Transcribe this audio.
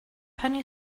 penny